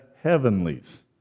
heavenlies